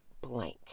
blank